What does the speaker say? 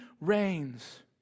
reigns